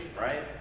right